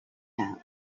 out